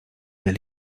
del